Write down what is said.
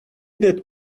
that